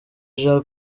jean